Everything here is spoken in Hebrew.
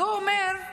הוא אומר: